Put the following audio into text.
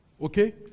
okay